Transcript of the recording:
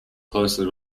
closely